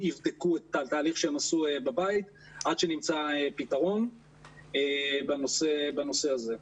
יבדקו את התהליך שהם עשו בבית עד שנמצא פתרון בנושא הזה.